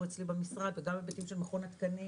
אצלי במשרד וגם היבטים של מכון התקנים,